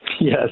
Yes